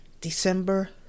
December